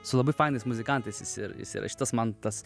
su labai fainais muzikantais jis ir jis įrašytas man tas